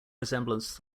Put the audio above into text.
resemblance